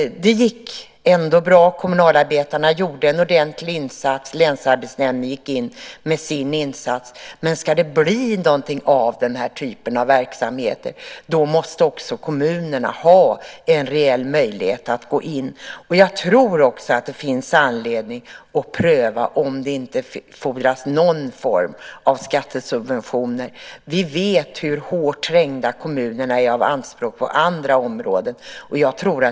Det gick ändå bra. Kommunalarbetarna gjorde en ordentlig insats. Länsarbetsnämnden gick in med sin insats. Men ska det bli någonting av den här typen av verksamheter måste också kommunerna ha en reell möjlighet att gå in. Jag tror också att det finns anledning att pröva om det inte fordras någon form av skattesubventioner. Vi vet hur hårt trängda kommunerna är av anspråk på andra områden.